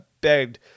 begged